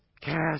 cast